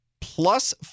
plus